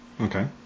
Okay